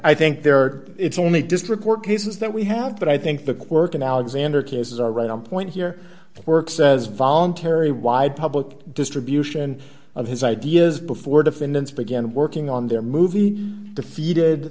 i think there are it's only district court cases that we have but i think the quirk in alexander cases are right on point here work says voluntary wide public distribution of his ideas before defendants begin working on their movie defeated